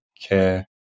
Care